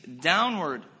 downward